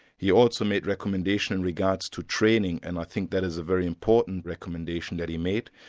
he also made recommendation in regards to training, and i think that is a very important recommendation that he made,